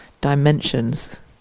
dimensions